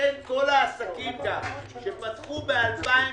לכן כל העסקים שפתחו ב-2020,